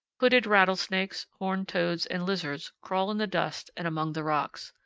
hooded rattlesnakes, horned toads, and lizards crawl in the dust and among the rocks.